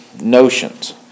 notions